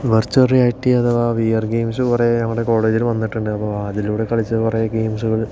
virtual reality അഥവാ V R games കുറേ ഞങ്ങളുടെ കോളേജിൽ വന്നിട്ടുണ്ട് അപ്പം അതിലൂടെ കളിച്ച കുറേ ഗെയിംസുകൾ